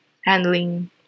handling